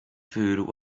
food